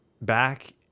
back